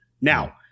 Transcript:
Now